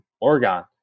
Oregon